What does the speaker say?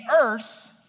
earth